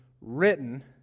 written